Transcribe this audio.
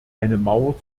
mauer